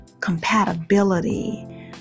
compatibility